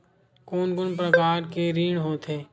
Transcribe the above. कोन कोन प्रकार के ऋण होथे?